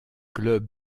clubs